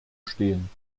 stehen